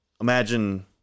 imagine